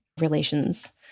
relations